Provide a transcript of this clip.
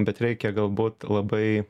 bet reikia galbūt labai